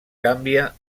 canvia